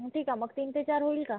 मग ठीक आहे मग तीन ते चार होईल का